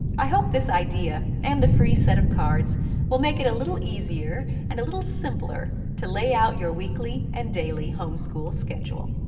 i hope this idea and the free set of cards will make it a little easier and a little simpler to lay out your weekly and daily homeschool schedule.